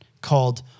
called